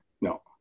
no